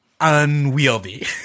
unwieldy